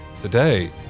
Today